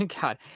God